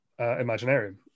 Imaginarium